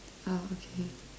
oh okay